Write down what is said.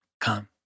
Come